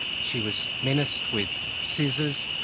she was menaced with scissors,